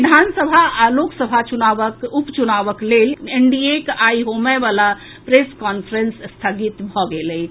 विधानसभा आ लोकसभा उपचुनावक लेल एनडीएक आइ होमए वला प्रेस कॉफ्रेंस स्थगित भऽ गेल अछि